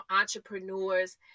entrepreneurs